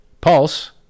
Pulse